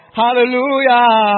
hallelujah